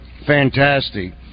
fantastic